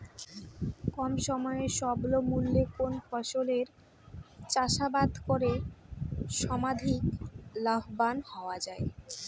কম সময়ে স্বল্প মূল্যে কোন ফসলের চাষাবাদ করে সর্বাধিক লাভবান হওয়া য়ায়?